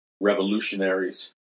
revolutionaries